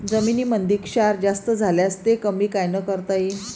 जमीनीमंदी क्षार जास्त झाल्यास ते कमी कायनं करता येईन?